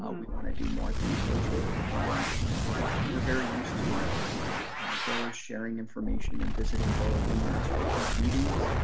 um we want to do more things virtually. and you know we're we're very used to growers sharing information and visiting grower vineyards for group meetings.